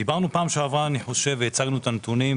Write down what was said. דיברנו פעם שעברה והצגנו את הנתונים,